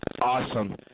Awesome